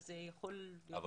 יכול להיות